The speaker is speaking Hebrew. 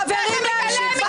חברת הכנסת שרן השכל,